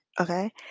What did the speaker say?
okay